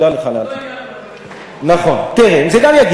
תודה לך על התיקון.